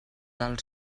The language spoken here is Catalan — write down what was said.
del